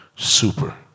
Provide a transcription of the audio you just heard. Super